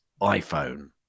iPhone